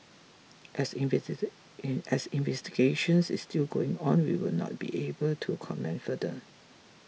as invest in as investigations is still going on we will not be able to comment further